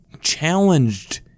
challenged